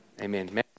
amen